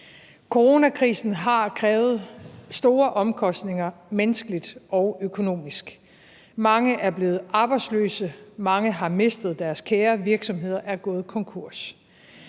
Coronakrisen har krævet store omkostninger menneskeligt og økonomisk. Mange er blevet arbejdsløse, mange har mistet deres kære, og virksomheder er gået konkurs.